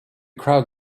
crowd